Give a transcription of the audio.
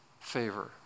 favor